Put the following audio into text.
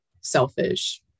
selfish